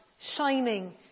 shining